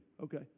Okay